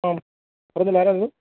ആ പറഞ്ഞോളൂ ആരാണിത്